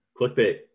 clickbait